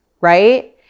right